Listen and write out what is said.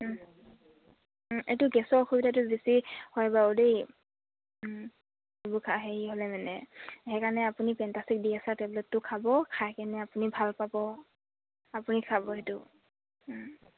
এইটো গেছৰ অসুবিধাটো বেছি হয় বাৰু দেই এইবোৰ হেৰি হ'লে মানে সেইকাৰণে আপুনি পেণ্টাষ্টিক ডি এছ আৰ টেবলেটটো খাব খাই কেনে আপুনি ভাল পাব আপুনি খাব সেইটো